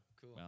Cool